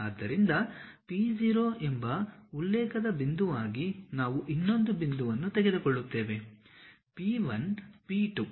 ಆದ್ದರಿಂದ P0 ಎಂಬ ಉಲ್ಲೇಖದ ಬಿಂದುವಾಗಿ ನಾವು ಇನ್ನೊಂದು ಬಿಂದುವನ್ನು ತೆಗೆದುಕೊಳ್ಳುತ್ತೇವೆ P1 P2